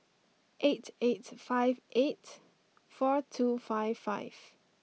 eight eight five eight four two five five